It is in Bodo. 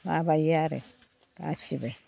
माबायो आरो गासिबो